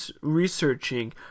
researching